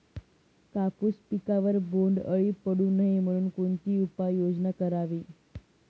कापूस पिकावर बोंडअळी पडू नये म्हणून कोणती उपाययोजना करावी?